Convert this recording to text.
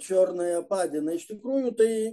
čiornaja padina iš tikrųjų tai